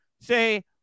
say